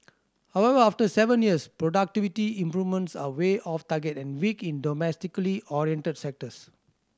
however after seven years productivity improvements are way off target and weak in domestically oriented sectors